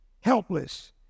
helpless